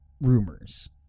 rumors